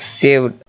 saved